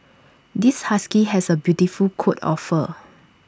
this husky has A beautiful coat of fur